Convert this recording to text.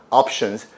options